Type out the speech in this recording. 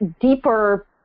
deeper